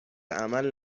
عمل